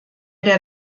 der